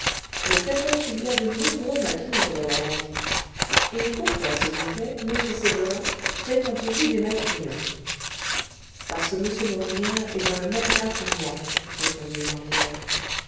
le fait est qu'il y a de nombreux maquignons en normandie et pourquoi s'il vous plaît m séverin fréquentez vous des maquignons parce que m morinière est dans le même cas que moi répondit jean pierre